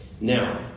now